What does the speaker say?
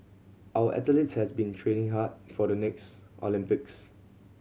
our athletes has been training hard for the next Olympics